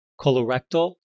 Colorectal